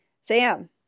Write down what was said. Sam